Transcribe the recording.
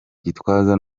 gitwaza